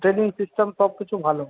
draining system সবকিছু ভালো